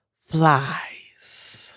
flies